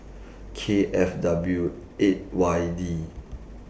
K F W eight Y D